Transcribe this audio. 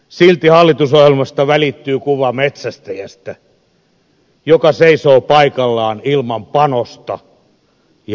silti hallitusohjelmasta välittyy kuva metsästäjästä joka seisoo paikallaan ilman panosta ja maalia